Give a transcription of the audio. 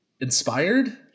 inspired